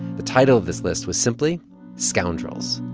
the title of this list was simply scoundrels.